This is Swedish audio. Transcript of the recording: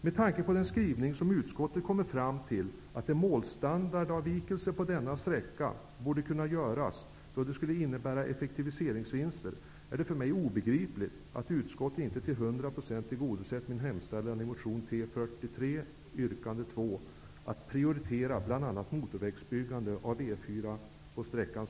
Med tanke på utskottets skrivning, nämligen att en målstandardavvikelse på denna sträcka bör kunna göras eftersom det skulle innebära effektivitetsvinster, är det för mig obegripligt att utskottet inte till 100 % tillgodosett min hemställan i motion T43, yrkande 2, att prioritera bl.a. Fru talman!